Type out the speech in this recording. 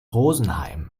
rosenheim